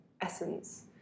essence